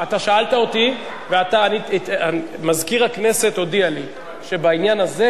אתה שאלת אותי ומזכיר הכנסת הודיע לי שבעניין הזה,